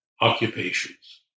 occupations